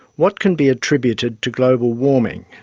what can be attributed to global warming?